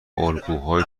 الگوهای